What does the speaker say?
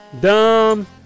Dumb